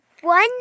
One